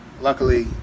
luckily